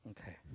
Okay